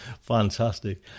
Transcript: fantastic